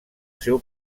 seu